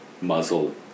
muzzle